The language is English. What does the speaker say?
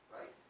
Right